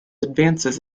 advances